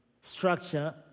structure